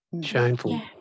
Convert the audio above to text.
shameful